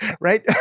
right